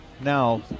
Now